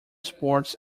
sports